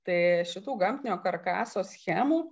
tai šitų gamtinio karkaso schemų